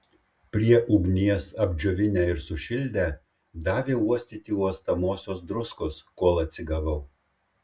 prie ugnies apdžiovinę ir sušildę davė uostyti uostomosios druskos kol atsigavau